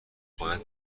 باید